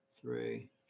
three